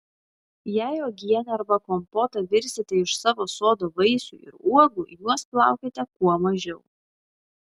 jei uogienę arba kompotą virsite iš savo sodo vaisių ir uogų juos plaukite kuo mažiau